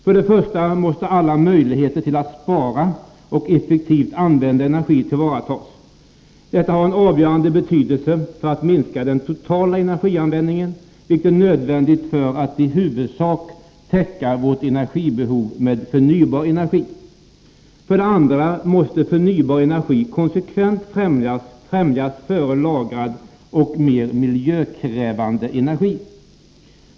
För det första måste alla möjligheter till att spara och effektivare använda energi tillvaratas. Detta har en avgörande betydelse för att vi skall kunna minska den totala energianvändningen, vilket är nödvändigt för att vi i huvudsak skall kunna täcka vårt energibehov med förnybar energi. För det andra måste användandet av förnybar energi konsekvent främjas före användandet av lagrad och mer miljöpåverkande energi.